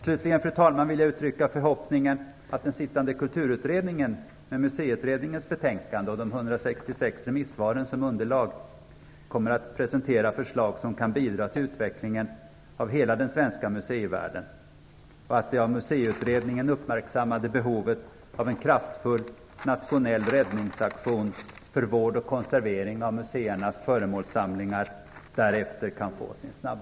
Slutligen, fru talman, vill jag uttrycka förhoppningen att den sittande Kulturutredningen med remissvaren som underlag kommer att presentera förslag som kan bidra till utvecklingen av hela den svenska museivärlden. Därigenom kan det av